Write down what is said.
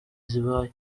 zibaye